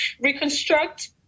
reconstruct